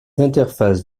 interfaces